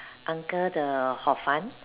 uncle the hor-fun